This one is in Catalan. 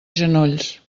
genolls